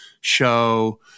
show